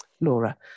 Laura